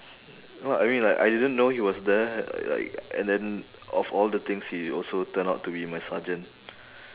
what I mean like I didn't know he was there li~ like and then of all the things he also turned out to be my sergeant